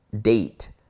date